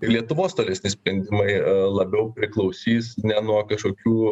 ir lietuvos tolesni sprendimai labiau priklausys ne nuo kažkokių